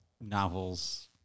novels